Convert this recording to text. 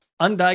undiagnosed